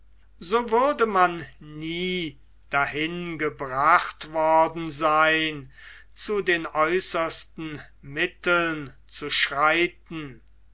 so würde man nie dahin gebracht worden sein zu den äußersten mitteln zu schreiten